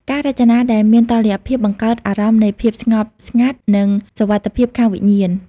ការរចនា ដែលមានតុល្យភាពបង្កើតអារម្មណ៍នៃភាពស្ងប់ស្ងាត់និងសុវត្ថិភាពខាងវិញ្ញាណ។